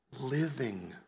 Living